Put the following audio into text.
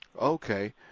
Okay